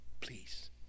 please